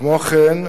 כמו כן,